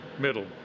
middle